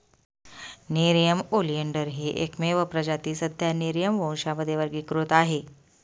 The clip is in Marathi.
नेरिअम ओलियंडर ही एकमेव प्रजाती सध्या नेरिअम वंशामध्ये वर्गीकृत आहे